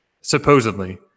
supposedly